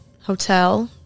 hotel